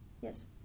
Yes